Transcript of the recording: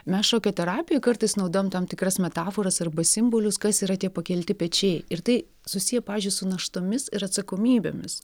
mes šokio terapijoj kartais naudojam tam tikras metaforas arba simbolius kas yra tie pakelti pečiai ir tai susiję pavyzdžiui su naštomis ir atsakomybėmis